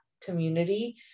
community